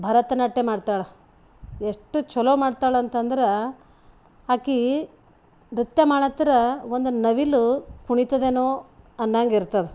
ಭರತನಾಟ್ಯ ಮಾಡ್ತಾಳೆ ಎಷ್ಟು ಚಲೋ ಮಾಡ್ತಾಳೆ ಅಂತಂದ್ರೆ ಆಕೆ ನೃತ್ಯ ಮಾಡತ್ತಿರ ಒಂದು ನವಿಲು ಕುಣಿತದೇನೋ ಅನ್ನಾಂಗೆ ಇರ್ತದೆ